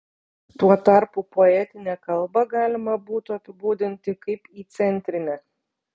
tuo tarpu poetinę kalbą galima būtų apibūdinti kaip įcentrinę